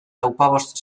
lauzpabost